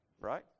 right